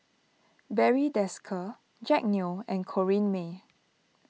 Barry Desker Jack Neo and Corrinne May